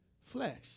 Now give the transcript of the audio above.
flesh